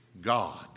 God